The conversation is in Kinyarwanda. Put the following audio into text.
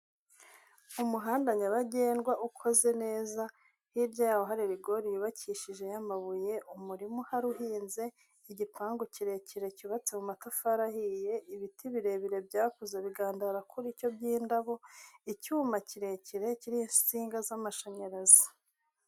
Umuhanda nyabagendwa ukoze neza, hirya yawo hari rigori yubakishije ya mabuye, umurima uhari uhinze, igipangu kirekire cyubatse mu matafari ahiye, ibiti birebire byakuze biganda kuri cyo by'indabo, icyuma kirekire kiriho insinga z'amashanyarazi.